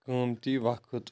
قۭمتی وَقت